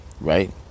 right